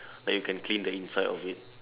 like you can clean the inside of it